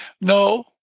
No